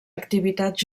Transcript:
activitats